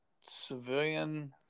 civilian